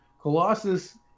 colossus